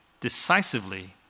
decisively